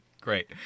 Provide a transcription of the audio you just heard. Great